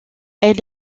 elle